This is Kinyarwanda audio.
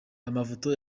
amafoto